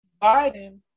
Biden